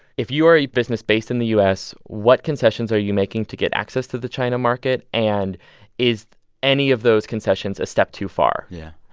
if you are a business based in the u s, what concessions are you making to get access to the china market? and is any any of those concessions a step too far? yeah.